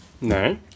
No